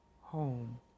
home